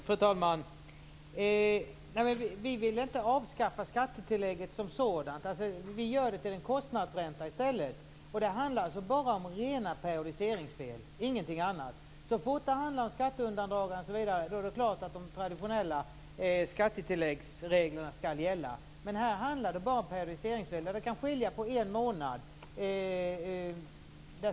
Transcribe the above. Fru talman! Vi vill inte avskaffa skattetillägget som sådant. Vi gör det till en kostnadsränta i stället. Det handlar alltså bara om rena periodiseringsfel, ingenting annat. Så fort det handlar om skatteundandragande är det klart att de traditionella skattetilläggsreglerna skall gälla. Men här handlar det bara om periodiseringsfel. Det kan skilja på en månad.